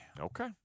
Okay